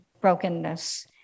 brokenness